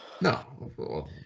No